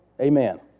amen